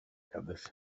каддафи